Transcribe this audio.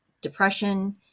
depression